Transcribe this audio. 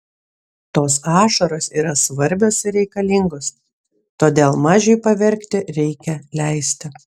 tos ašaros yra svarbios ir reikalingos todėl mažiui paverkti reikia leisti